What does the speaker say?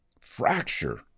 fracture